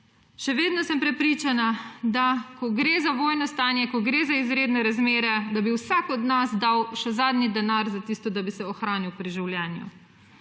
še vedno sem prepričana, da ko gre za vojno stanje, ko gre za izredne razmere, da bi vsak od nas dal še zadnji denar za tisto, da bi se ohranil pri življenju.